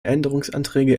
änderungsanträge